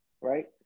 right